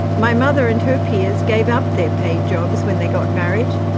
my mother and her peers gave up their paid jobs when they got married,